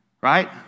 right